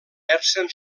versen